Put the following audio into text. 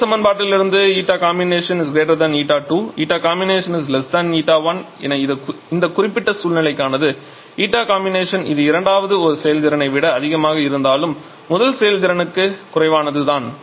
முதல் சமன்பாட்டிலிருந்து ηComb η2 ηComb η1 இது இந்த குறிப்பிட்ட சூழ்நிலைக்கானது ηComb இது இரண்டாவது ஒரு செயல்திறனை விட அதிகமாக இருந்தாலும் முதல் செயல்திறனுக்கும் குறைவானது தான்